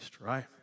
right